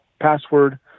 password